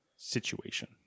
situation